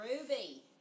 Ruby